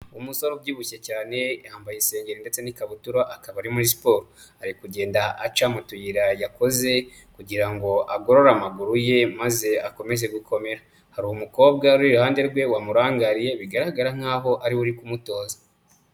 Umusore ubyibushye cyane, yambaye isengeri ndetse n'ikabutura akaba ari muri siporo, ari kugenda aca mu tuyira yakoze kugira ngo agorore amaguru ye maze akomeze gukomera, hari umukobwa uri iruhande rwe wamurangariye bigaragara nk'aho ari we uri kumutoza.